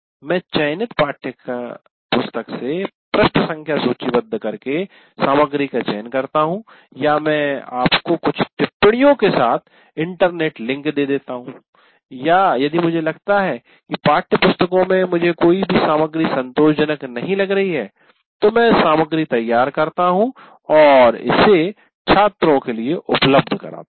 मैं चयनित पाठ्यपुस्तक से पृष्ठ संख्या सूचीबद्ध करके सामग्री का चयन करता हूं या मैं आपको कुछ टिप्पणीयों के साथ इंटरनेट लिंक देता हूं या यदि मुझे लगता है कि पाठ्यपुस्तकों में मुझे कोई भी सामग्री संतोषजनक नहीं है तो मैं सामग्री तैयार करता हूं और इसे छात्रों के लिए उपलब्ध कराता हूं